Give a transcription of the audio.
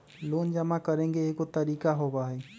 Loan जमा करेंगे एगो तारीक होबहई?